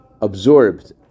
absorbed